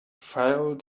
file